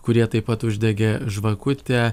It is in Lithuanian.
kurie taip pat uždegė žvakutę